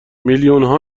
میلیونها